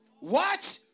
watch